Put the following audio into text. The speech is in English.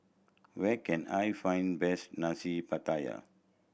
where can I find best Nasi Pattaya